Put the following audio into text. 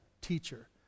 teacher